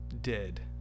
dead